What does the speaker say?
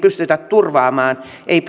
turvaamaan ei